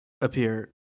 appear